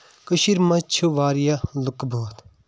کٔشیٖر منٛز چھِ واریاہ لُکہٕ بٲتھ